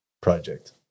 project